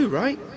right